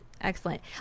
Excellent